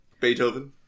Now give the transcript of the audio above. Beethoven